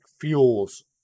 fuels